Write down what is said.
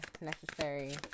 necessary